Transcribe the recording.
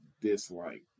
dislike